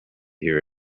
hear